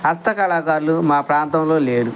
హస్త కళాకారులు మా ప్రాంతంలో లేరు